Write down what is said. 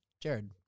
Jared